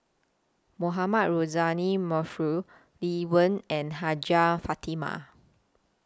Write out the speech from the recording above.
Mohamed Rozani Maarof Lee Wen and Hajjah Fatimah